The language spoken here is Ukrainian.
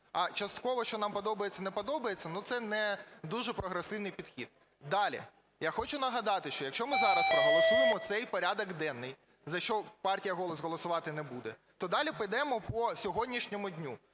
А частково – що нам подобається, не подобається – ну це не дуже прогресивний підхід. Далі. Я хочу нагадати, що якщо ми зараз проголосуємо цей порядок денний, за що партія "Голос" голосувати не буде, то далі підемо по сьогоднішньому дню,